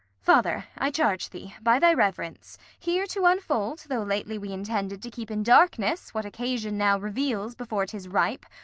father, i charge thee, by thy reverence, here to unfold, though lately we intended to keep in darkness what occasion now reveals before t is ripe,